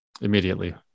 immediately